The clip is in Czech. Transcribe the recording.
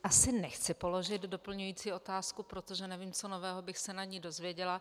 Asi nechci položit doplňující otázku, protože nevím, co nového bych se na ni dozvěděla.